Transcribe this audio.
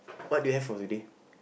what do you have for today